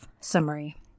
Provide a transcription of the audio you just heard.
summary